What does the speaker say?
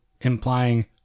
implying